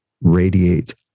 radiates